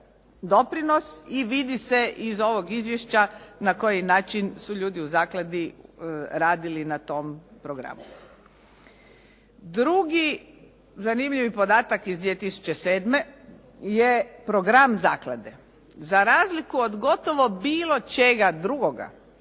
doprinosi i vidi se iz ovog izvješća na koji način su ljudi u zakladi radili na tom programu. Drugi zanimljivi podatak iz 2007. je program zaklade. Za razliku od gotovo bilo čega drugoga